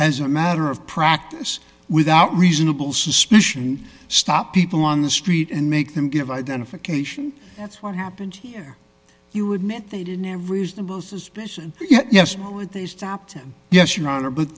as a matter of practice without reasonable suspicion stop people on the street and make them give identification that's what happened here you admit they didn't have reasonable suspicion yet yes why would they stop him yes your honor but